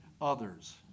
others